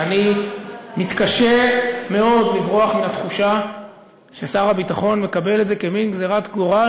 ואני מתקשה מאוד לברוח מהתחושה ששר הביטחון מקבל את זה כמין גזירת גורל,